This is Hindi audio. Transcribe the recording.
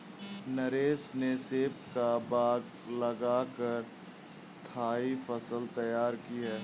नरेश ने सेब का बाग लगा कर स्थाई फसल तैयार की है